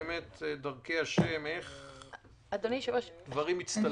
דרכי השם, איך דברים מצטלבים.